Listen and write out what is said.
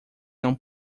não